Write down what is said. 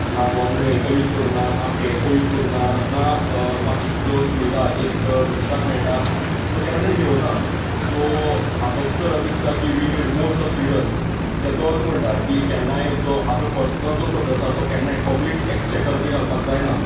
ना government vehicle use करूना ना पी एस ओ यूज करूना ना बाकिच्यो ज्यो सुविधा एक मिनिस्टराक मेळटा तो केन्ना तेंणी घेवूना सो म्हाका तर अशें दिसता की we need more such leaders कित्याक तो अशें म्हणटा की केन्नाय जो आपलो पर्सनल जो खर्च आसा तो केन्नाय पबलीक एक्सपेंडिचराचेर घालपाक जायना